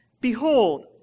Behold